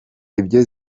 ibyo